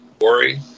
worry